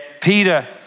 Peter